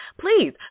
Please